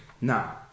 now